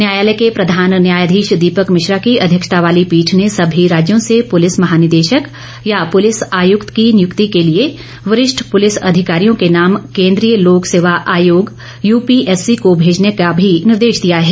न्यायालय के प्रधान न्यायाधीश दीपक मिश्रा की अध्यक्षता वाली पीठ ने सभी राज्यों से पुलिस महानिदेशक या पुलिस आयुक्त की नियुक्ति के लिए वरिष्ठ पुलिस अधिकारियों के नाम केन्द्रीय लोक सेवा आयोग यूपीएससी को भेजने का भी निर्देश दिया है